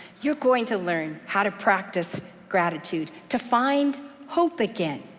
you're going to learn how to practice gratitude. to find hope again,